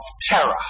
terror